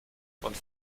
und